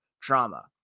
trauma